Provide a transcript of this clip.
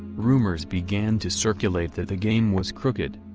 rumors began to circulate that the game was crooked.